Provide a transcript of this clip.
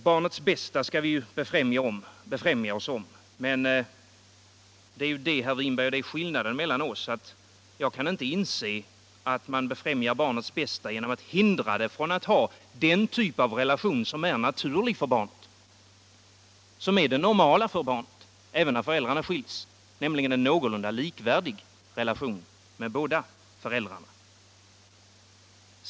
Barnens bästa skall vi ju befrämja, men — och däri ligger skillnaden mellan våra uppfattningar, herr Winberg — jag kan inte inse att man befrämjar ett barns bästa genom att hindra det från att ha den typ av relation som är normal, även när föräldrarna har skilts, nämligen en någorlunda likvärdig relation med båda föräldrarna.